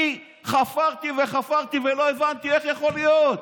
אני חפרתי וחפרתי ולא הבנתי איך יכול להיות.